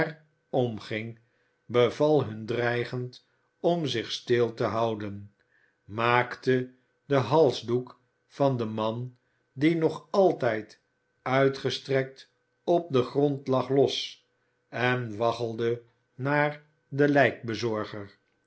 omging beval hun dreigend om zich stil te houden maakte den halsdoek van den man die nog altijd uitgestrekt op den grond lag los en waggelde naar den